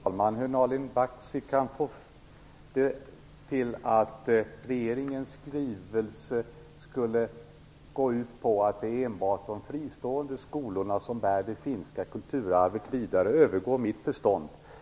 Herr talman! Hur Nalin Baksi kan få det till att regeringens skrivelse skulle gå ut på att det enbart är de fristående skolorna som bär det finska kulturarvet vidare övergår mitt förstånd.